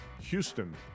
Houston